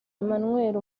emmanuel